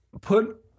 put